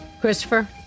Christopher